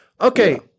Okay